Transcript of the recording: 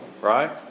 Right